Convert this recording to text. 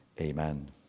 Amen